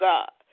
God